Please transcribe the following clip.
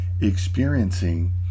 experiencing